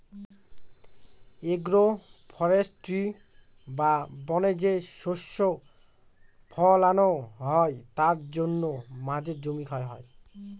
agro forestry বা বনে যে শস্য ফলানো হয় তার জন্য মাঝের জমি ক্ষয় হয়